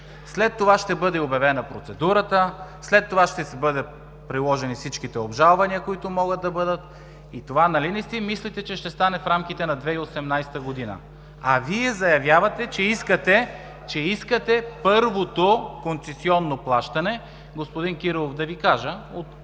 След това ще бъде обявена процедурата, след това ще бъдат приложени всичките обжалвания, които могат да бъдат. Нали не си мислите, че това ще стане в рамките на 2018 г.? А Вие заявявате, че искате първото концесионно плащане, господин Кирилов – да Ви кажа, от